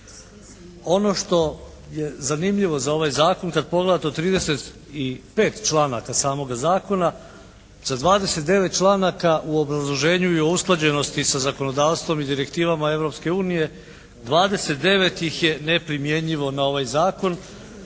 Ono što je zanimljivo za ovaj zakon kad pogledate od 35 članaka samoga zakona, za 29 članaka u obrazloženju je o usklađenosti sa zakonodavstvom i direktivama Europske unije, 29 ih je neprimjenjivo na ovaj zakon.